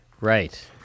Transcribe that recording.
Right